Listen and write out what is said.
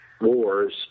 wars